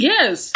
Yes